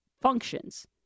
functions